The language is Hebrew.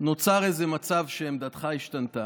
נוצר איזה מצב שעמדתך השתנתה.